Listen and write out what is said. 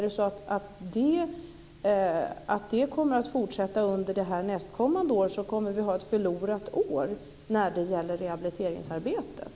Det är det som är oroande. Fortsätter det under nästkommande år kommer vi att ha ett förlorat år när det gäller rehabiliteringsarbetet.